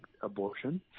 abortion